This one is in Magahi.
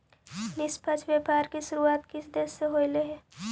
निष्पक्ष व्यापार की शुरुआत किस देश से होलई हल